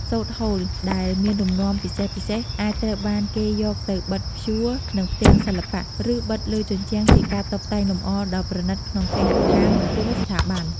សូត្រហូលដែលមានលំនាំពិសេសៗ អាចត្រូវបានគេយកទៅបិតភ្ជួរនឹងផ្ទាំងសិល្បៈ ឬបិទលើជញ្ជាំងជាការតុបតែងលម្អដ៏ប្រណីតក្នុងគេហដ្ឋាន ឬស្ថាប័ន។